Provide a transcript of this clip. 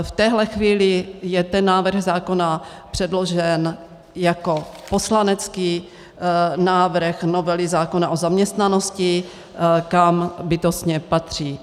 V téhle chvíli je ten návrh zákona předložen jako poslanecký návrh novely zákona o zaměstnanosti, kam bytostně patří.